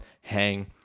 hang